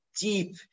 deep